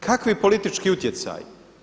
Kakvi politički utjecaji?